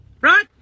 right